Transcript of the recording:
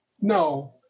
No